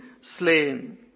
slain